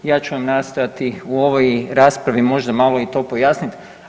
Ja ću vam nastojati u ovoj raspravi možda malo i to pojasniti.